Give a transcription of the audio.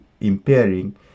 impairing